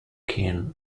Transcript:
keen